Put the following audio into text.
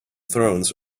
thrones